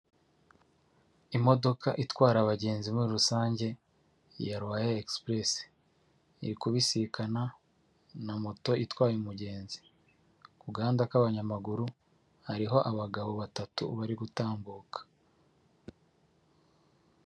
Imodoka itwara abagenzi muri rusange ya Royal express. Iri kubisikana na moto itwaye umugenzi. Ku gahanda k'abanyamaguru hariho abagabo batatu bari gutambuka.